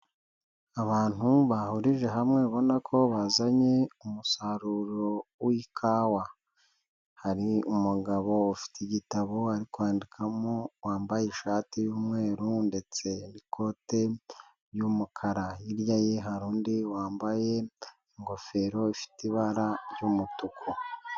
Abantu bahurije hamwe ubona ko bazanye umusaruro w'ikawa. Hari umugabo ufite igitabo ari kwandikamo wambaye ishati y'umweru ndetse n'ikote y'umukara. Hirya ye hari undi wambaye ingofero ifite ibara ry'umutuku.